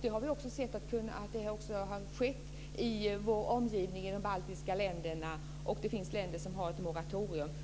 Vi har också sett att så har skett i vår omgivning, i de baltiska länderna, och det finns länder som har ett moratorium.